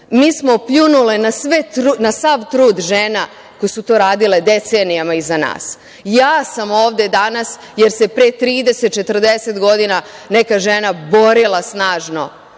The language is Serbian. mi smo pljunule na sav trud žena koje su to radile decenijama iza nas. Ja sam ovde danas jer se pre 30 - 40 godina neka žena borila snažno